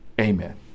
Amen